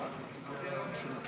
הצעת חוק מבקר המדינה (תיקון,